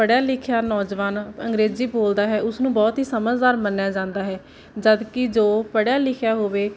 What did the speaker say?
ਪੜ੍ਹਿਆ ਲਿਖਿਆ ਨੌਜਵਾਨ ਅੰਗਰੇਜ਼ੀ ਬੋਲਦਾ ਹੈ ਉਸ ਨੂੰ ਬਹੁਤ ਹੀ ਸਮਝਦਾਰ ਮੰਨਿਆ ਜਾਂਦਾ ਹੈ ਜਦੋਂ ਕਿ ਜੋ ਪੜ੍ਹਿਆ ਲਿਖਿਆ ਹੋਵੇ